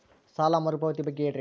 ಸಾಲ ಮರುಪಾವತಿ ಬಗ್ಗೆ ಹೇಳ್ರಿ?